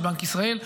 של בנק ישראל,